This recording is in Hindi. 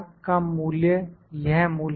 का मूल्य यह मूल्य है